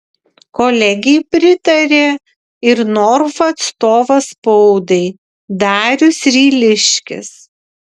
kolegei pritarė ir norfa atstovas spaudai darius ryliškis